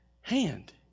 hand